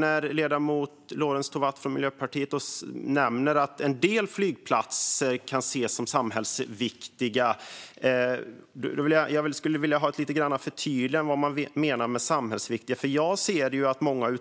När ledamoten Lorentz Tovatt från Miljöpartiet nämner att en del flygplatser kan ses som samhällsviktiga vill jag ha ett förtydligande. Vad menas med samhällsviktiga? Jag ser att många av